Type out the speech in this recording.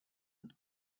and